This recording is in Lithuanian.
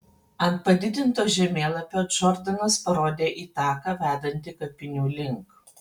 ant padidinto žemėlapio džordanas parodė į taką vedantį kapinių link